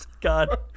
God